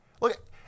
Look